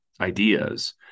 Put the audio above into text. ideas